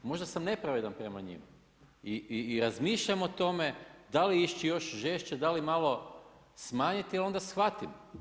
Možda sam nepravedan prema njima i razmišljam o tome da li ići još žešće, da li malo smanjiti, ali onda shvatim.